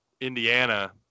indiana